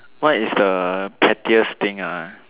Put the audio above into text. what is the pettiest thing ah